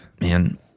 Man